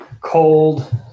cold